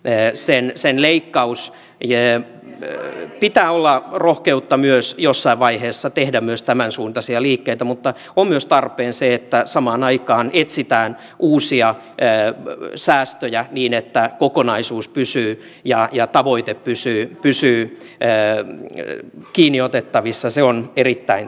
veneeseen sen leikkaus vie työ pitää olla rohkeutta myös jossain vaiheessa tehdä myös tämänsuuntaisia liikkeitä mutta kun myös tarpeen se että samaan aikaan etsitään uusia säästöjä niin että kokonaisuus pysyy ja ja tavoite pysyy pysyy enää kiinniotettavissa se on erittäin